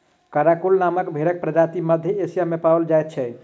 Karakul नामक भेंड़क प्रजाति मध्य एशिया मे पाओल जाइत छै